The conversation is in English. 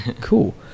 Cool